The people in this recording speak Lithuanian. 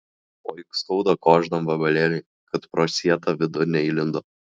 o juk skauda kožnam vabalėliui kad pro sietą vidun neįlindo